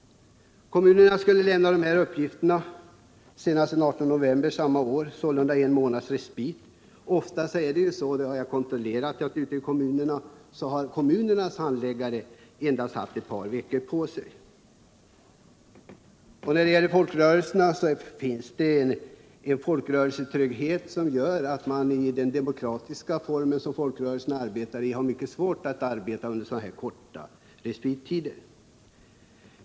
Kommunerna skulle lämna dessa uppgifter senast den 18 november 1977. Man fick sålunda en månads respit. Ofta har kommunernas handläggare haft endast ett par veckor på sig — det har jag kontrollerat ute i kommunerna. De demokratiska former som folkrörelserna arbetar under ger upphov till en tröghet, som gör att man har mycket svårt att handlägga en så omfattande fråga med så kort respittid.